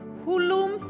hulum